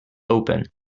open